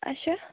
اَچھا